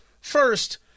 first